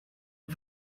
ein